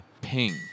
ping